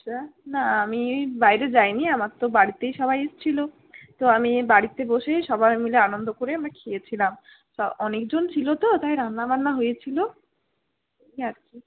আচ্ছা না আমি বাইরে যাইনি আমার তো বাড়িতেই সবাই এসছিল তো আমি বাড়িতে বসেই সবাই মিলে আনন্দ করে আমরা খেয়েছিলাম তো অনেকজন ছিলো তো তাই রান্নাবান্না হয়েছিলো এই আর কি